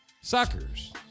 Suckers